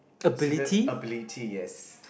student ability yes